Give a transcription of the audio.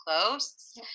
close